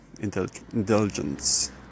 indulgence